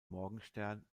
morgenstern